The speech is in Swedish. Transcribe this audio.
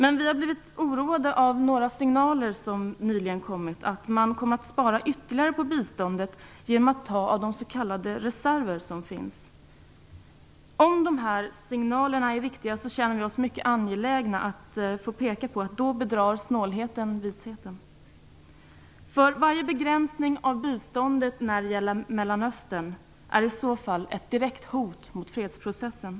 Men vi har blivit oroade av några signaler som nyligen kommit, nämligen att man kommer att spara ytterligare på biståndet genom att ta av de s.k. reserver som finns. Om dessa signaler är riktiga känner vi att det är angeläget att peka på att snålheten då bedrar visheten. Varje begränsning av biståndet när det gäller Mellanöstern är i så fall ett direkt hot mot fredsprocessen.